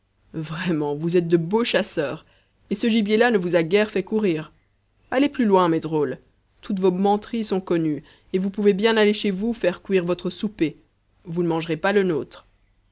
vraiment vous êtes de beaux chasseurs et ce gibier là ne vous a guère fait courir allez plus loin mes drôles toutes vos menteries sont connues et vous pouvez bien aller chez vous faire cuire votre souper vous ne mangerez pas le nôtre